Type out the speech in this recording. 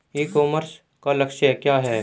ई commerce का लक्ष्य क्या है?